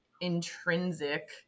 intrinsic